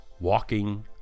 walking